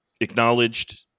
acknowledged